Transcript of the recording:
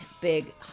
big